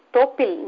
Topil